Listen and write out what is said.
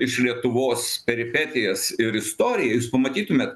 iš lietuvos peripetijas ir istoriją jūs pamatytumėt